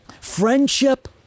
friendship